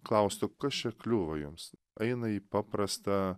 klaust o kas čia kliuvo jums eina į paprastą